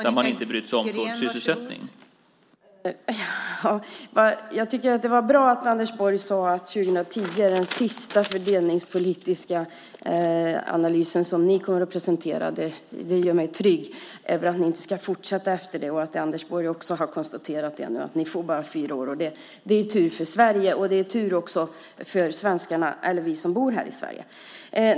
Fru talman! Jag tycker att det var bra att Anders Borg sade att de 2010 kommer att presentera den sista fördelningspolitiska analysen. Det gör mig trygg att veta att de inte ska fortsätta efter det och att Anders Borg också har konstaterat nu att de bara får fyra år. Det är tur för Sverige och för oss som bor här i Sverige.